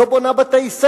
לא בונה בתי-ספר.